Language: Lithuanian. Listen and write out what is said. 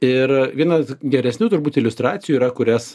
ir vienos geresnių turbūt iliustracijų yra kurias